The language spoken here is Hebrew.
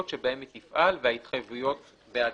שבהן היא תפעל וההתחייבויות בעדם."